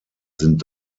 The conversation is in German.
sind